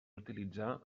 utilitzar